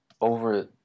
over